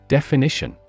Definition